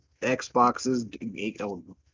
Xboxes